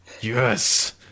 Yes